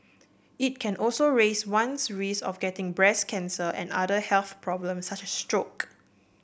it can also raise one's risk of getting breast cancer and other health problems such as stroke